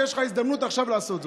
ויש לך הזדמנות עכשיו לעשות זאת.